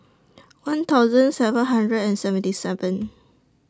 one thousand seven hundred and seventy seven